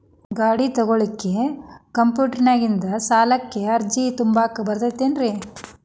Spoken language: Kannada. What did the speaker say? ಗಾಡಿ ತೊಗೋಳಿಕ್ಕೆ ಕಂಪ್ಯೂಟೆರ್ನ್ಯಾಗಿಂದ ಸಾಲಕ್ಕ್ ಅರ್ಜಿ ತುಂಬಾಕ ಬರತೈತೇನ್ರೇ?